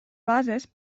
bases